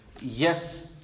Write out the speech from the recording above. Yes